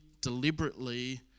deliberately